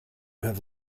have